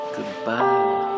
Goodbye